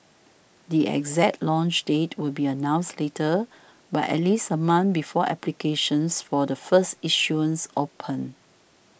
the exact launch date will be announced later but at least a month before applications for the first issuance open